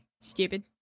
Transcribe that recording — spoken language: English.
Stupid